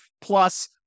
Plus